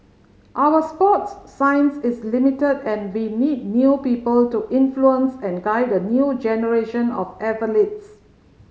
our sports science is limited and we need new people to influence and guide a new generation of athletes